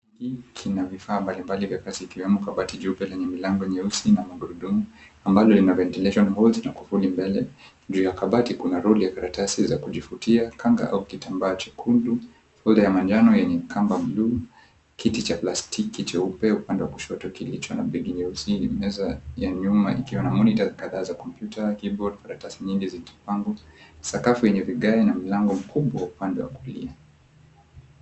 Kina vifaa mbalimbali vya kazi ikiwemo kabati jeupe lenye milango nyeusi na magurudumu ambalo lina ventilation holes na kufuli mbele. Juu ya kabati kuna roll ya karatasi za kujifutia, kanga au kitambaa chekundu, folder ya manjano yenye kamba blue , kiti cha plastiki cheupe upande wa kushoto kilicho na begi nyeusi, meza ya nyuma ikiwa na monitor kadhaa za kompyuta, keyboard , karatasi nyingi zimepangwa. Sakafu yenye vigae na mlango mkubwa upande wa kulia.